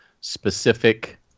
specific